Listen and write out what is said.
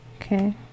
Okay